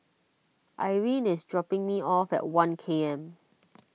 Irene is dropping me off at one K M